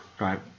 Right